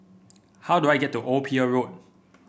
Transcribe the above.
how do I get to Old Pier Road